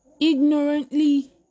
ignorantly